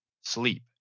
sleep